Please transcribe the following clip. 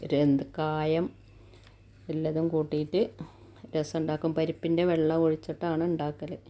എന്ത് കായം എല്ലതും കൂട്ടീട്ട് രസമുണ്ടാക്കും പരിപ്പിൻ്റെ വെള്ളവൊഴിച്ചിട്ടാണ് ഉണ്ടാക്കൽ